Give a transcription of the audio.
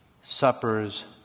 suppers